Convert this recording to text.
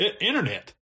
Internet